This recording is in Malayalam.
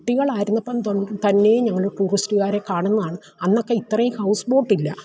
കുട്ടികളായിരുന്നപ്പം തന്നെയും ഞങ്ങള് ടൂറിസ്റ്റ്കാരെ കാണുന്നതാണ് അന്നൊക്കെ ഇത്രയും ഹൗസ് ബോട്ടില്ല